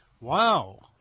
Wow